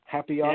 Happy